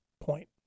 point